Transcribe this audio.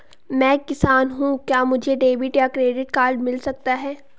मैं एक किसान हूँ क्या मुझे डेबिट या क्रेडिट कार्ड मिल सकता है?